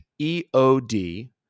EOD